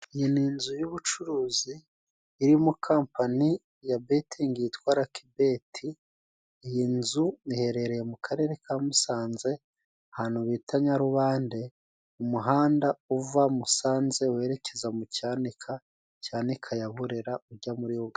Iyi ni inzu y'ubucuruzi irimo kampani ya betingi yitwa Lakibeti, iyi nzu iherereye mu karere ka Musanze ahantu bita Nyarubande, umuhanda uva Musanze werekeza mu Cyanika, Cyanika ya Burera ujya muri Uganda.